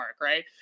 right